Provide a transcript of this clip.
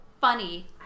funny